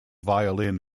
violin